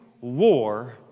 war